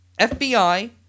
FBI